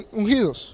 ungidos